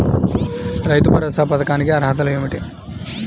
రైతు భరోసా పథకానికి అర్హతలు ఏమిటీ?